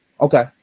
Okay